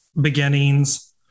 beginnings